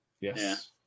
Yes